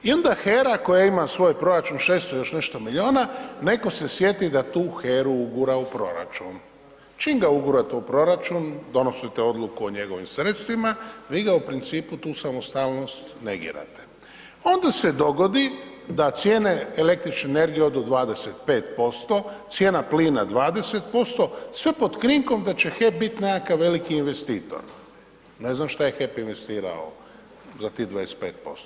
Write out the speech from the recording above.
Il da HERA koja ima svoj proračun 600 i još nešto milijuna, netko se sjeti da tu HERA-u ugura u proračun, čim ga ugurate u proračun donosite odluku o njegovim sredstvima, vi ga u principu tu samostalnost negirate, onda se dogodi da cijene električne energije odu 25%, cijena plina 20%, sve pod krinkom da će HEP biti nekakav veliki investitor, ne znam šta je HEP investirao za tih 25%